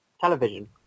television